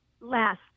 last